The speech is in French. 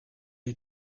est